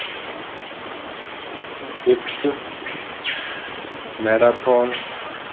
ਹੀ ਚੱਲਦੀ ਆ ਰਹੀ ਹੈ